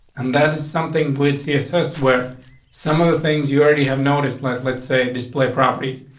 and that is something would see assess where some of the things you already have noticed let let's say display properties.